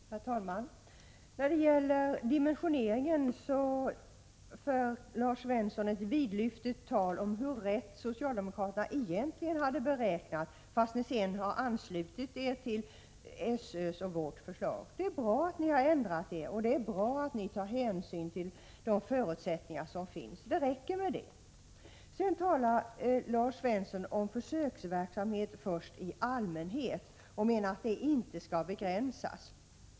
Herr talman! När det gäller dimensioneringen för Lars Svensson ett vidlyftigt tal om hur rätt socialdemokraterna egentligen hade räknat, fast de sedan har anslutit sig till SÖ:s och vårt förslag. Det är bra att ni har ändrat er, och det är bra att ni tar hänsyn till de förutsättningar som finns. Det räcker med det. Lars Svensson talar först om försöksverksamhet i allmänhet och menar att den inte skall begränsas.